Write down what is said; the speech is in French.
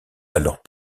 alors